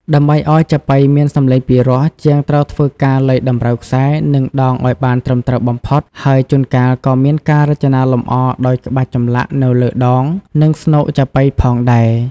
ដើម្បីឱ្យចាប៉ីមានសម្លេងពីរោះ ជាងត្រូវធ្វើការលៃតម្រូវខ្សែ និងដងឱ្យបានត្រឹមត្រូវបំផុត ហើយជួនកាលក៏មានការរចនាលម្អដោយក្បាច់ចម្លាក់នៅលើដង និងស្នូកចាប៉ីផងដែរ។